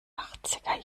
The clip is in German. achtziger